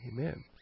amen